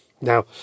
Now